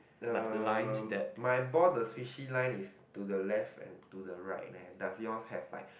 uh my ball the swishy line is to the left and to the right leh does yours have like